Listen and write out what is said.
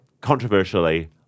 Controversially